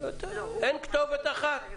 אין כתובת אחת.